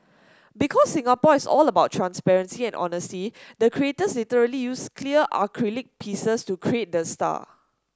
because Singapore is all about transparency and honesty the creators literally used clear acrylic pieces to create the star